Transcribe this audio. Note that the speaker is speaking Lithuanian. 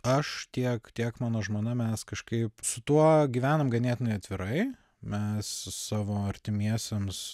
aš tiek tiek mano žmona mes kažkaip su tuo gyvenam ganėtinai atvirai mes savo artimiesiems